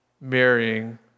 marrying